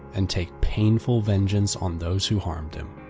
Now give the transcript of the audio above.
and take painful vengeance on those who harmed him.